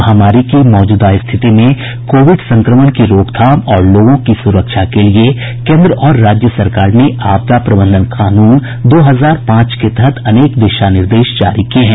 महामारी की मौजूदा स्थिति में कोविड संक्रमण की रोकथाम और लोगों की सुरक्षा के लिए केन्द्र और राज्य सरकार ने आपदा प्रबंधन कानून दो हजार पांच के तहत अनेक दिशा निर्देश जारी किए हैं